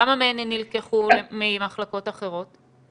כמה מהן נלקחו ממחלקות אחרות?